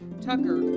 Tucker